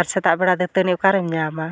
ᱟᱨ ᱥᱮᱛᱟᱜ ᱵᱮᱲᱟ ᱫᱟᱹᱛᱟᱹᱱᱤ ᱚᱠᱟᱨᱮᱢ ᱧᱟᱢᱟ